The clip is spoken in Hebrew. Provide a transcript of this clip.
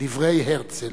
דברי הרצל.